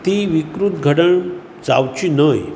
ती विकृत घडण जावची न्हय